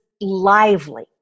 lively